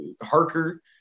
Harker